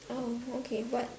oh okay what